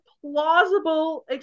plausible